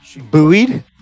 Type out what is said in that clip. Buoyed